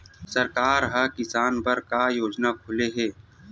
सरकार ह किसान बर का योजना खोले हे?